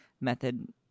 method